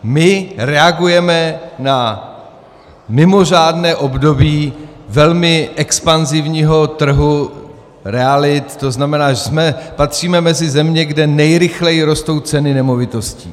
My reagujeme na mimořádné období velmi expanzivního trhu realit, to znamená, patříme mezi země, kde nejrychleji rostou ceny nemovitostí.